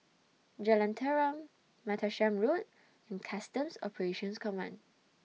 Jalan Tarum Martlesham Road and Customs Operations Command